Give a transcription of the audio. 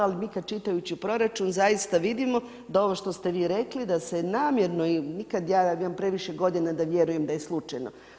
Ali mi kad čitajući proračun zaista vidimo da ovo što ste vi rekli da se namjerno, nikad ja, ja imam previše godina da vjerujem da je slučajno.